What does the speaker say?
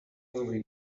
movies